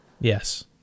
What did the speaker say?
Yes